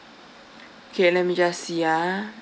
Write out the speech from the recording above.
okay let me just see ah